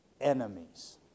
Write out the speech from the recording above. enemies